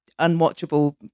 unwatchable